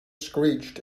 screeched